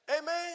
Amen